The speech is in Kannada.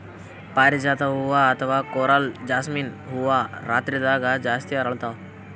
ಪಾರಿಜಾತ ಹೂವಾ ಅಥವಾ ಕೊರಲ್ ಜಾಸ್ಮಿನ್ ಹೂವಾ ರಾತ್ರಿದಾಗ್ ಜಾಸ್ತಿ ಅರಳ್ತಾವ